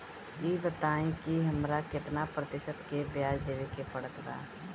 ई बताई की हमरा केतना प्रतिशत के ब्याज देवे के पड़त बा?